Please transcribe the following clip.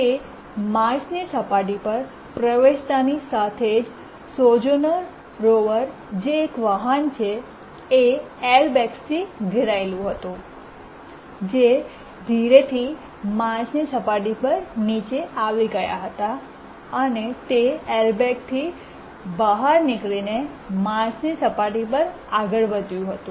તે માર્સની સપાટી પર પ્રવેશતાની સાથે જ સોજોર્નર રોવર જે એક વાહન છે એ એર બેગ્સ થી ઘેરાયેલા હતા જે ધીરેથી માર્સની સપાટી પર નીચે આવી ગયા હતા અને તે એરબેગથી બહાર નીકળીને માર્સની સપાટી પર આગળ વધ્યું હતું